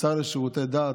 השר לשירותי דת,